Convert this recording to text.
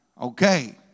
Okay